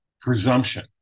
presumption